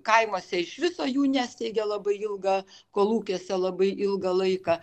kaimuose iš viso jų nesteigė labai ilgą kolūkiuose labai ilgą laiką